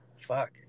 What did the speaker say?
Fuck